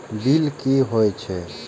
Bill की हौए छै?